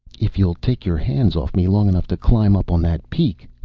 if you'll take your hands off me long enough to climb up on that peak,